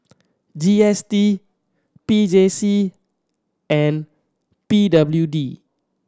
G S T P J C and P W D